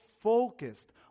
focused